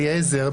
אלעזר,